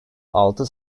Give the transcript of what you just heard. altı